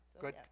Good